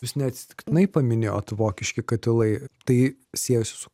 jūs neatsitiktinai paminėjot vokiški katilai tai siejosi su